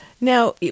Now